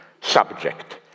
subject